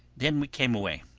then we came away.